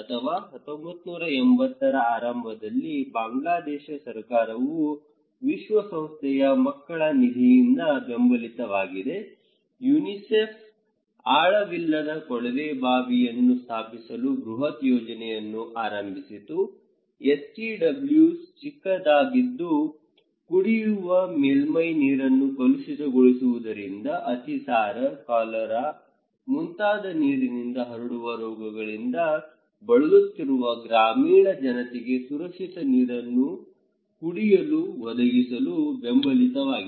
ಅಥವಾ 1980 ರ ಆರಂಭದಲ್ಲಿ ಬಾಂಗ್ಲಾದೇಶ ಸರ್ಕಾರವು ವಿಶ್ವಸಂಸ್ಥೆಯ ಮಕ್ಕಳ ನಿಧಿಯಿಂದ ಬೆಂಬಲಿತವಾಗಿದೆ UNICEF ಆಳವಿಲ್ಲದ ಕೊಳವೆ ಬಾವಿಯನ್ನು ಸ್ಥಾಪಿಸುವ ಬೃಹತ್ ಯೋಜನೆಯನ್ನು ಆರಂಭಿಸಿತು STW's ಚಿಕ್ಕದಾಗಿದ್ದು ಕುಡಿಯುವ ಮೇಲ್ಮೈ ನೀರನ್ನು ಕಲುಷಿತಗೊಳಿಸುವುದರಿಂದ ಅತಿಸಾರ ಕಾಲರಾ ಮುಂತಾದ ನೀರಿನಿಂದ ಹರಡುವ ರೋಗಗಳಿಂದ ಬಳಲುತ್ತಿರುವ ಗ್ರಾಮೀಣ ಜನತೆಗೆ ಸುರಕ್ಷಿತ ಕುಡಿಯುವ ನೀರನ್ನು ಒದಗಿಸಲು ಬೆಂಬಲಿತವಾಗಿದೆ